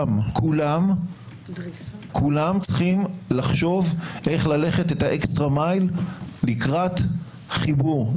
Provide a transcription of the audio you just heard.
כולם צריכים לחשוב איך ללכת את האקסטרה מייל לקראת חיבור.